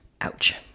Ouch